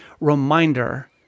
reminder